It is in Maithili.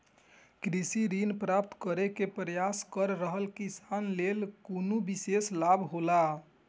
कृषि ऋण प्राप्त करे के प्रयास कर रहल किसान के लेल कुनु विशेष लाभ हौला?